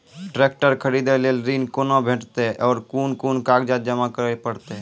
Tractor खरीदै लेल ऋण कुना भेंटते और कुन कुन कागजात जमा करै परतै?